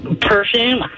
Perfume